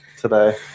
today